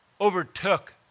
overtook